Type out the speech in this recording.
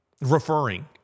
Referring